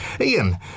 Ian